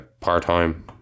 part-time